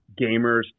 gamers